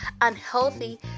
unhealthy